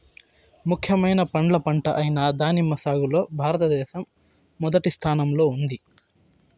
ముఖ్యమైన పండ్ల పంట అయిన దానిమ్మ సాగులో భారతదేశం మొదటి స్థానంలో ఉంది